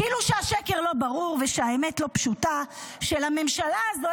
כאילו שהשקר לא ברור ושהאמת לא פשוטה: שלממשלה הזו